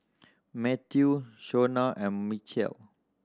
Mathew Shona and Michial